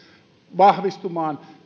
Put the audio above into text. vahvistumaan